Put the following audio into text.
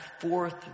fourth